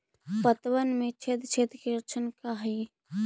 पतबन में छेद छेद के लक्षण का हइ?